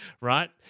right